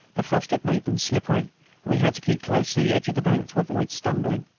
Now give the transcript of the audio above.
the frost had made them slippery, and we had to keep close to the edge of the bank to avoid stumbling.